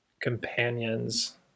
companions